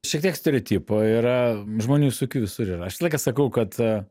šiek tiek stereotipo yra žmonių visokių visur yra aš visą laiką sakau kad